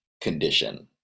condition